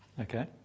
Okay